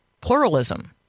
pluralism